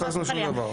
חס וחלילה.